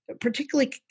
particularly